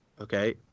Okay